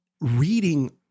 reading